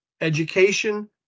education